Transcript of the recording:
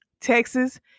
Texas